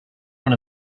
one